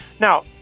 Now